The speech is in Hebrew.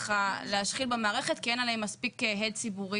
להשחיל במערכת כי אין עליהם מספיק הד ציבורי